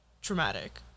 traumatic